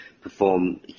perform